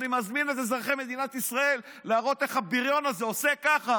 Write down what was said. אני מזמין את אזרחי מדינת ישראל לראות איך הבריון הזה עושה ככה